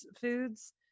foods